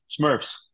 Smurfs